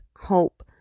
hope